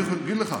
אני יכול להגיד לך.